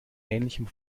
ähnlichem